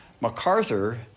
MacArthur